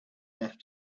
left